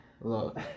Look